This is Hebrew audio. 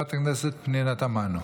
חברת הכנסת פנינה תמנו.